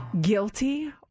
Guilty